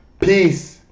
Peace